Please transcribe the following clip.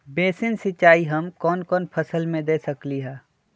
Basin सिंचाई हम कौन कौन फसल में दे सकली हां?